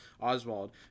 Oswald